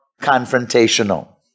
confrontational